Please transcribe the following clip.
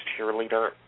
cheerleader